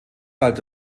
galt